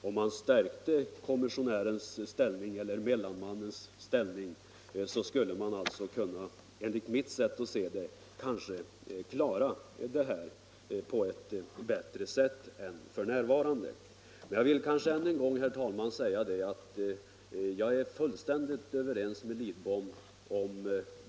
Om man stärkte kommissionärens, eller mellanmännens, ställning skulle man enligt mitt sätt att se kunna klara upp problemen bättre än för närvarande.